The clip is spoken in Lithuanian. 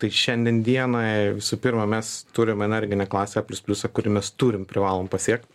tai šiandien dienai visų pirma mes turim energinę klasę plius pliusą kurį mes turim privalom pasiekt